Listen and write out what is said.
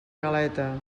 galeta